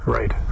Right